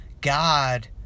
God